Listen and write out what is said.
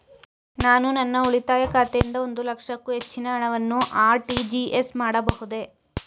ನಾನು ನನ್ನ ಉಳಿತಾಯ ಖಾತೆಯಿಂದ ಒಂದು ಲಕ್ಷಕ್ಕೂ ಹೆಚ್ಚಿನ ಹಣವನ್ನು ಆರ್.ಟಿ.ಜಿ.ಎಸ್ ಮಾಡಬಹುದೇ?